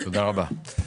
תודה רבה.